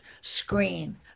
screen